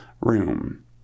room